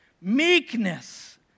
Meekness